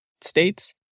states